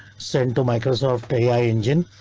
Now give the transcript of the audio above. sent to microsoft ai engine.